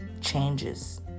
changes